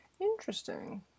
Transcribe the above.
Interesting